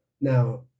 Now